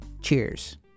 Cheers